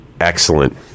Excellent